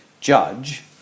judge